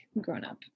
grown-up